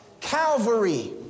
Calvary